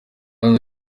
hano